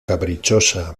caprichosa